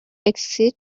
exit